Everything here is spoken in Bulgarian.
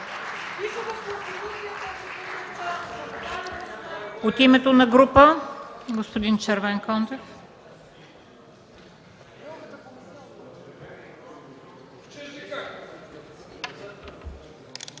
От името на група – господин Червенкондев.